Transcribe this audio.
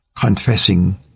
confessing